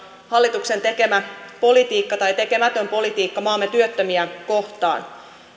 hallituksen tekemä politiikka tai tekemätön politiikka maamme työttömiä kohtaan